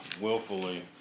willfully